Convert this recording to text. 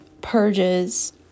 purges